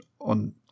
on